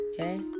Okay